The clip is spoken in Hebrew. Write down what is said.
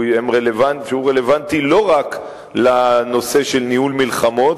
שהוא רלוונטי לא רק לנושא של ניהול מלחמות,